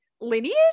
lineage